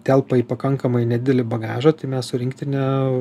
telpa į pakankamai nedidelį bagažą tai mes su rinktine